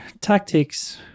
tactics